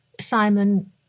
Simon